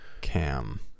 cam